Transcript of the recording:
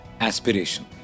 aspiration